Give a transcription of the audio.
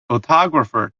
photographer